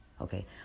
okay